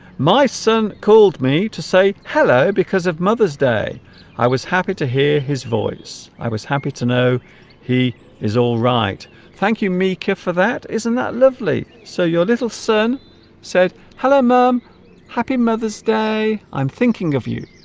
my son called me to say hello because of mother's day i was happy to hear his voice i was happy to know he is alright thank you mika for that isn't that lovely so your little son said hello mum happy mother's day i'm thinking of you